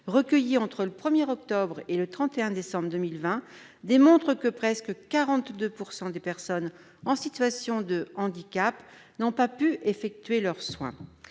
recueillies entre le 1 octobre et le 31 décembre 2020, montre que presque 42 % des personnes en situation de handicap n'ont pas pu recevoir leurs soins.